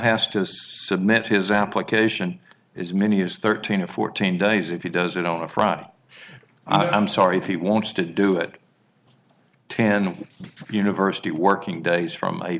has to submit his application is many as thirteen or fourteen days if he does it off rot i'm sorry if he wants to do it ten university working days from